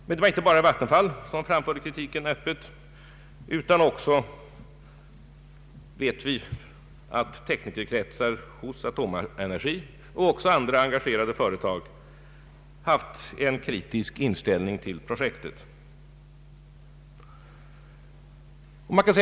Men det var inte bara från vattenfallsstyrelsen som kritik framfördes öppet, utan vi vet också att teknikerkretsar inom Atomenergi och andra engagerade företag haft en kritisk inställning till projektet.